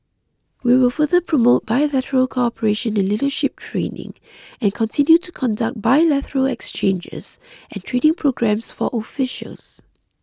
we will further promote bilateral cooperation in leadership training and continue to conduct bilateral exchanges and training programs for officials